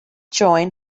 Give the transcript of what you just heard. join